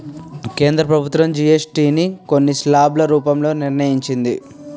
కేంద్ర ప్రభుత్వం జీఎస్టీ ని కొన్ని స్లాబ్ల రూపంలో నిర్ణయించింది